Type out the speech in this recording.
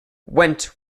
went